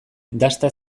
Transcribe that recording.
dasta